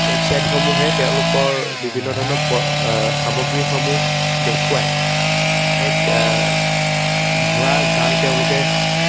ৱেবছাইটসমূহে তেওঁলোকৰ বিভিন্ন ধৰণৰ প সামগ্ৰীসমূহ দেখুৱাই এক ভূৱা জাল তেওঁলোকে